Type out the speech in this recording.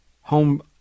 home